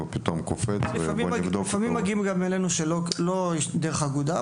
לפעמים מגיעים אלינו שלא דרך האגודה,